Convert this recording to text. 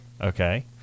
Okay